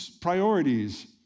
priorities